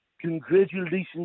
Congratulations